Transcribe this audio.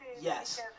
Yes